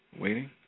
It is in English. Waiting